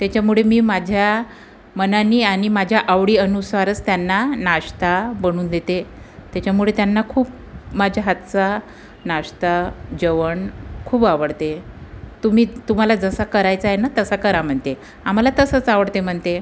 त्याच्यामुळे मी माझ्या मनानी आणि माझ्या आवडी अनुसारच त्यांना नाश्ता बनवून देते त्याच्यामुळे त्यांना खूप माझ्या हातचा नाश्ता जेवण खूप आवडते तुम्ही तुम्हाला जसा करायचा आहे ना तसा करा म्हणते आम्हाला तसंच आवडते म्हणते